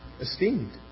esteemed